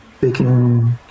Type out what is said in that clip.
baking